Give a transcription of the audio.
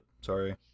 Sorry